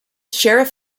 sheriff